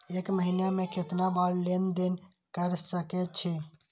एक महीना में केतना बार लेन देन कर सके छी?